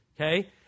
Okay